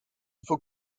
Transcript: faut